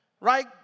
Right